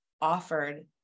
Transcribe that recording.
offered